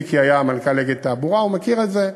מיקי היה מנכ"ל "אגד תעבורה", הוא מכיר את זה.